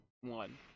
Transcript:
one